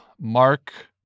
Mark